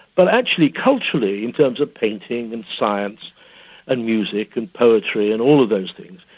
but actually culturally, in terms of painting and science and music and poetry and all of those things,